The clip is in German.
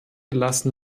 lassen